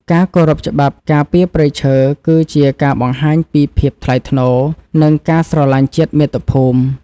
ការគោរពច្បាប់ការពារព្រៃឈើ គឺជាការបង្ហាញពីភាពថ្លៃថ្នូរ និងការស្រឡាញ់ជាតិមាតុភូមិ។